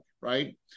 right